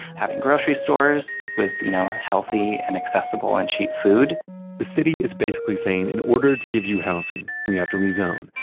having grocery stores with you know healthy and accessible and cheap food the city is basically saying in order to give you housing, we have to rezone.